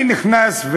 אני נכנס,